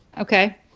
Okay